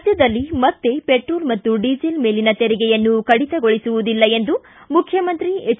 ರಾಜ್ಞದಲ್ಲಿ ಮತ್ತೆ ಪೆಟ್ರೋಲ್ ಮತ್ತು ಡೀಸೆಲ್ ಮೇಲಿನ ತೆರಿಗೆಯನ್ನು ಕಡಿತಗೊಳಿಸುವುದಿಲ್ಲ ಎಂದು ಮುಖ್ಯಮಂತ್ರಿ ಎಚ್